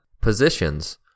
positions